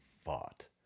fought